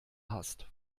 hast